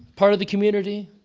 part of the community,